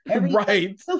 Right